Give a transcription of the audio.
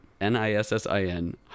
N-I-S-S-I-N